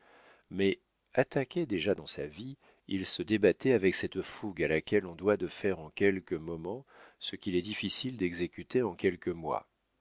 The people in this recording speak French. mais attaqué déjà dans sa vie il se débattait avec cette fougue à laquelle on doit de faire en quelques moments ce qu'il est difficile d'exécuter en quelques mois